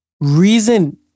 reason